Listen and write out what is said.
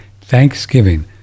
THANKSGIVING